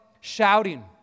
shouting